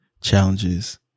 challenges